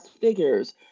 figures